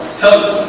tell you